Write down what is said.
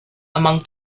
among